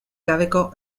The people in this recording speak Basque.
gabeko